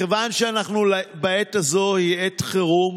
מכיוון שהעת הזאת היא עת חירום,